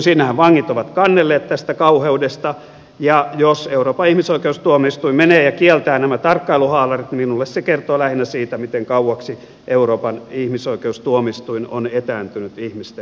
sinnehän vangit ovat kannelleet tästä kauheudesta ja jos euroopan ihmisoikeustuomioistuin menee ja kieltää nämä tarkkailuhaalarit minulle se kertoo lähinnä siitä miten kauaksi euroopan ihmisoikeustuomioistuin on etääntynyt ihmisten arjesta